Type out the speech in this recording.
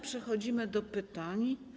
Przechodzimy do pytań.